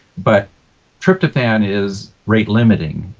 but tryptophan is weight-limiting,